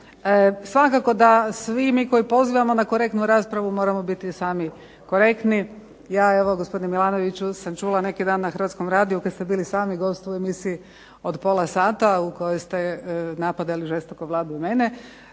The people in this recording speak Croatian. Svakako da svi mi koji pozivamo na korektnu raspravu moramo biti sami korektni. Ja evo gospodine Milanoviću sam čula neki dan na Hrvatskom radiju kada ste bili sami gost od pola sata u kojoj ste napadali žestoko Vladu i mene,